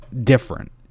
different